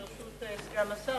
ברשות סגן השר,